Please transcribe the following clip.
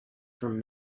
from